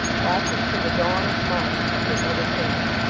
watching for the dawn of mind that never came